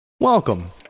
Welcome